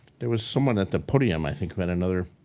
there was someone at the podium i think who had another.